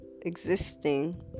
existing